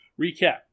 recap